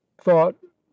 Thought